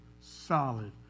solid